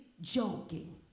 joking